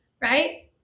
right